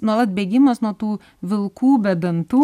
nuolat bėgimas nuo tų vilkų be dantų